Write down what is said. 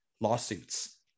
lawsuits